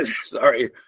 sorry